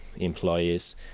employees